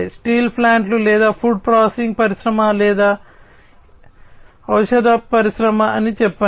steel ప్లాంట్లు లేదా food processing పరిశ్రమ లేదా ఔషధ పరిశ్రమ అని చెప్పండి